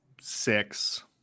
six